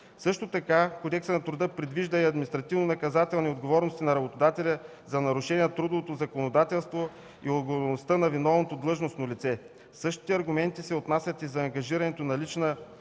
Също така Кодексът на труда предвижда и административнонаказателни отговорности на работодателя за нарушение на трудовото законодателство и отговорността на виновното длъжностно лице. Същите аргументи се отнасят и за ангажирането на лична отговорност